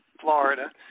Florida